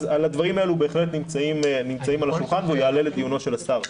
אז הדברים האלה בהחלט נמצאים על השולחן וזה יעלה לדיונו של השר.